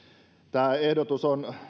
tämä ehdotus on